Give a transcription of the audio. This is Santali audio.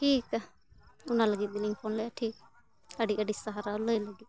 ᱴᱷᱤᱠᱟ ᱚᱱᱟ ᱞᱟᱹᱜᱤᱫ ᱜᱤᱞᱤᱧ ᱯᱷᱳᱱ ᱞᱮᱜᱼᱟ ᱴᱷᱤᱠ ᱟᱹᱰᱤ ᱟᱹᱰᱤ ᱥᱟᱨᱦᱟᱣ ᱞᱟᱹᱭ ᱞᱟᱹᱜᱤᱫ